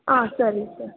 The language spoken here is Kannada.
ಆ ಸರಿ ಸರ್